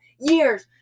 years